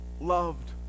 loved